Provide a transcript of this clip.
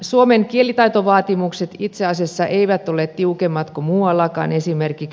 suomen kielitaitovaatimukset itse asiassa eivät ole tiukemmat kuin muuallakaan